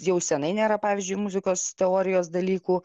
jau senai nėra pavyzdžiui muzikos teorijos dalykų